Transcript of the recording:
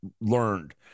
learned